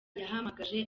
yahamagaje